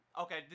Okay